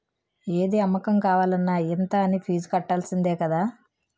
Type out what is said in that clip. ఏది అమ్మకం కావాలన్న ఇంత అనీ ఫీజు కట్టాల్సిందే కదా